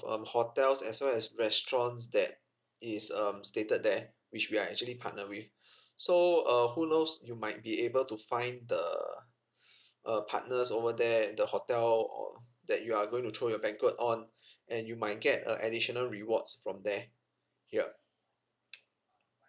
um hotels as well as restaurants that is um stated there which we are actually partner with so err who knows you might be able to find the err partners over there at the hotel or that you are going to throw your banquet on and you might get a additional rewards from there yup